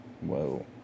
Whoa